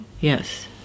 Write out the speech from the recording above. Yes